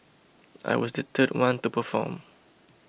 I was the third one to perform